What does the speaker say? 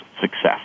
success